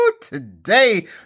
today